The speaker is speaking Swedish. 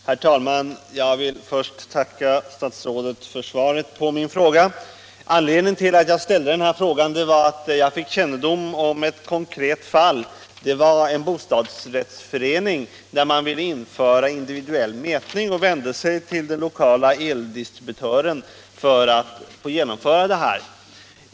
Herr talman! Jag vill först tacka statsrådet för svaret på min fråga. Anledningen till att jag ställde denna fråga var att jag fick kännedom om ett konkret fall. I en bostadsrättsförening ville man införa individuell mätning och vände sig till den lokala eldistributören för att få genomföra denna ordning.